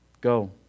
go